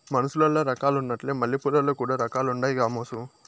మనుసులల్ల రకాలున్నట్లే మల్లెపూలల్ల కూడా రకాలుండాయి గామోసు